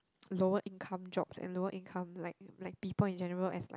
lower income jobs and lower income like like people in general as like